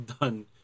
done